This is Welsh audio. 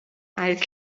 aeth